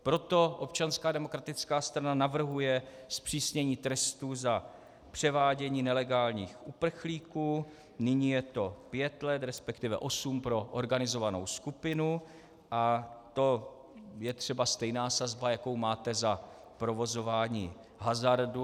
Proto ODS navrhuje zpřísnění trestů za převádění nelegálních uprchlíků, nyní je to 5 let, resp. 8 pro organizovanou skupinu, a to je třeba stejná sazba, jakou máte za provozování hazardu.